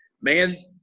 man